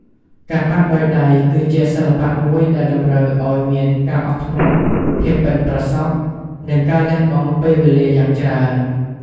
ការប៉ាក់ដោយដៃ គឺជាសិល្បៈមួយដែលតម្រូវឱ្យមានការអត់ធ្មត់ ភាពប៉ិនប្រសប់ និងការលះបង់ពេលវេលាយ៉ាងច្រើន។